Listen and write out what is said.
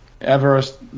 Everest